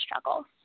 struggles